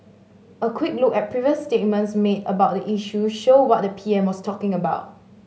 a quick look at previous statements made about the issue show what the P M was talking about